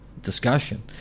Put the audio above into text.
discussion